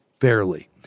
fairly